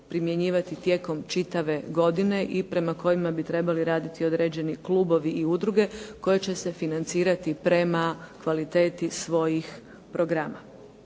primjenjivati tijekom čitave godine i prema kojima bi trebali raditi određeni klubovi i udruge koji će se financirati prema kvaliteti svojih programa.